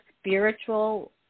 spiritual